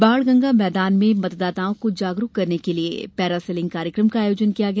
बाणगंगा मैदान में मतदाताओं को जागरुक करने के लिये पैरासिलिंग कार्यक्रम का आयोजन किया गया